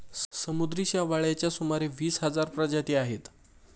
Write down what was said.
समुद्री शेवाळाच्या सुमारे वीस हजार प्रजाती आहेत